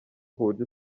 kuburyo